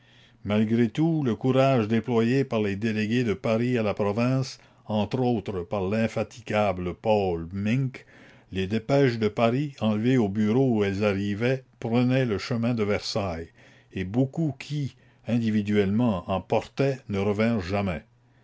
malgré tout le courage déployé par les délégués de paris à la province entre autres par l'infatigable paule mink les dépêches de paris enlevées au bureau où elles arrivaient prenaient le chemin de versailles et beaucoup qui individuellement en portaient ne revinrent jamais